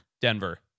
Denver